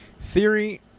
Theory